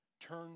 turn